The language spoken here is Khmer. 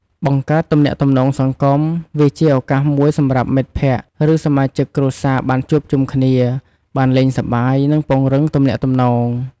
បង្កើតទំនាក់ទំនងសង្គម វាជាឱកាសមួយសម្រាប់មិត្តភក្តិ ឬសមាជិកគ្រួសារបានជួបជុំគ្នា បានលេងសប្បាយ និងពង្រឹងទំនាក់ទំនង។